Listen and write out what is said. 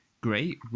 great